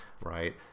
right